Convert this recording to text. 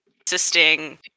existing